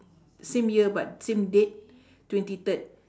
same year but same date twenty third